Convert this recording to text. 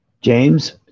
James